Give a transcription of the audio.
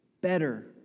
better